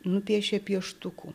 nupiešė pieštuku